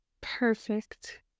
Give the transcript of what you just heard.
Perfect